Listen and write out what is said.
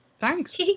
Thanks